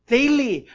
Daily